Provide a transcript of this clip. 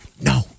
no